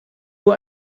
nur